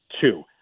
two